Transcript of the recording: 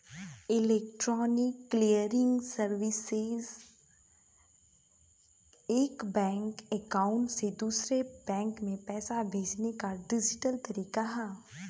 electronic clearing services एक bank account से दूसरे में पैसे भेजने का डिजिटल तरीका है